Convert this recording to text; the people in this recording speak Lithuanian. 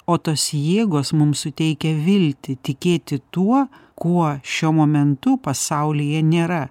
o tos jėgos mums suteikia viltį tikėti tuo kuo šiuo momentu pasaulyje nėra